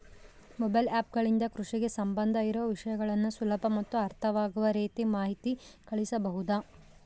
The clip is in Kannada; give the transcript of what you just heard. ಮೊಬೈಲ್ ಆ್ಯಪ್ ಗಳಿಂದ ಕೃಷಿಗೆ ಸಂಬಂಧ ಇರೊ ವಿಷಯಗಳನ್ನು ಸುಲಭ ಮತ್ತು ಅರ್ಥವಾಗುವ ರೇತಿ ಮಾಹಿತಿ ಕಳಿಸಬಹುದಾ?